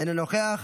אינו נוכח,